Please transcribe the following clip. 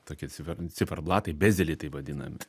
tokie cifer ciferblatai beziliai taip vadinami